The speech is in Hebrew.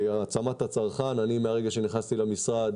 העצמת הצרכן מהרגע שנכנסתי למשרד,